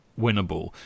winnable